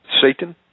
Satan